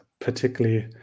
particularly